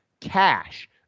cash